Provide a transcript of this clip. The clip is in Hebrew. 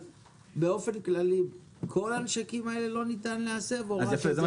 באופן כללי כל הנשקים האלה לא ניתן להסב או רק את זה?